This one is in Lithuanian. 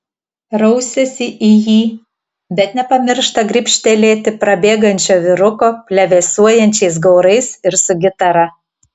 rausiasi į jį bet nepamiršta gribštelėti prabėgančio vyruko plevėsuojančiais gaurais ir su gitara